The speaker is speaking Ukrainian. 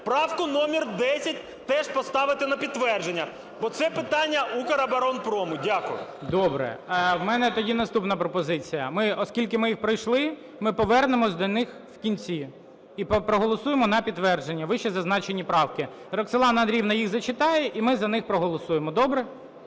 правку номер 10 теж поставити на підтвердження, бо це питання "Укроборонпрому". Дякую. ГОЛОВУЮЧИЙ. Добре. В мене тоді наступна пропозиція, ми, оскільки ми їх пройшли, ми повернемося до них вкінці і проголосуємо на підтвердження вищезазначені правки. Роксолана Андріївна їх зачитає і ми за них проголосуємо. Добре?